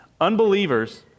Unbelievers